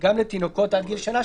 גם לתינוקות עד גיל שנה,